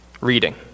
reading